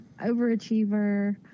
overachiever